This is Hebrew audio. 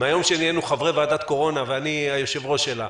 מהיום שנהיינו חברי ועדת קורונה ואני היושב-שראש שלה,